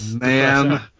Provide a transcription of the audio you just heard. man